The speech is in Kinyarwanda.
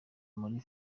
muri